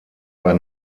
bei